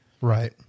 Right